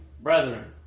brethren